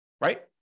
right